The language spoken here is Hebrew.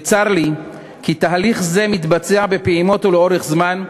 וצר לי כי תהליך זה מתבצע בפעימות ולאורך זמן,